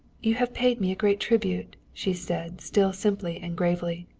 you have paid me a great tribute, she said, still simply and gravely.